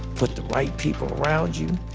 put the right people around you,